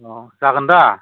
औ जागोन दा